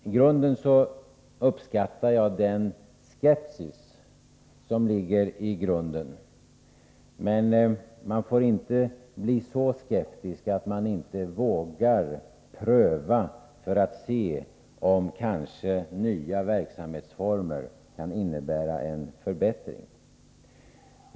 I grunden uppskattar jag den skepsis som ligger i botten, men man får inte bli så skeptisk att man inte vågar pröva för att se om kanske nya verksamhetsformer kan innebära en förbättring.